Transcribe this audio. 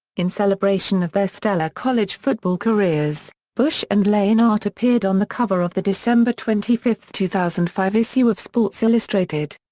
in celebration of their stellar college football careers, bush and leinart appeared on the cover of the december twenty five, two thousand and five issue of sports illustrated.